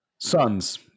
Sons